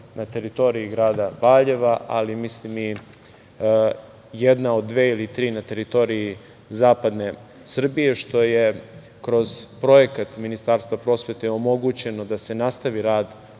na teritoriji grada Valjeva. Mislim jedna od dve ili tri na teritoriji zapadne Srbije, što je kroz projekat Ministarstva prosvete omogućeno da se nastavi rad